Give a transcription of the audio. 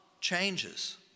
changes